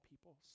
people's